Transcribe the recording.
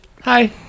hi